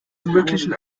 möglichen